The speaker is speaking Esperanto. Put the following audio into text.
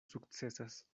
sukcesas